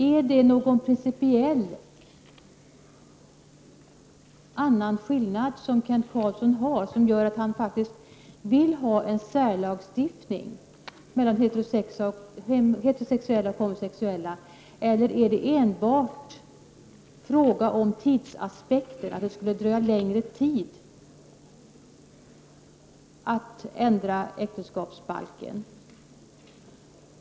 Är det någon principiell skillnad som gör att Kent Carlsson faktiskt vill ha en särlagstiftning mellan heterosexuella och homosexuella, eller är det enbart fråga om tidsaspekten, att det skulle ta längre tid att ändra äktensskapsbalken?